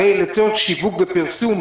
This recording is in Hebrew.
הרי לצורך שיווק ופרסום,